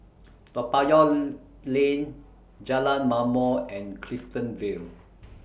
Toa Payoh Lane Jalan Ma'mor and Clifton Vale